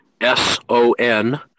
S-O-N